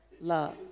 love